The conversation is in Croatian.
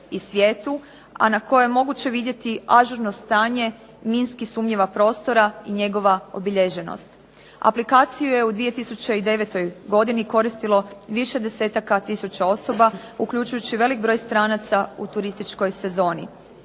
a na kojem je moguće vidjeti ažurno stanje minski sumnjiva prostora i njegova obilježenost. Aplikaciju je u 2009. godini koristilo više desetaka tisuća osoba, uključujući velik broj stranaca u turističkoj sezoni.